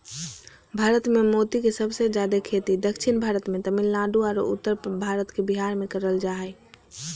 भारत मे मोती के सबसे जादे खेती दक्षिण भारत मे तमिलनाडु आरो उत्तर भारत के बिहार मे करल जा हय